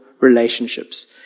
Relationships